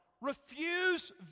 refuse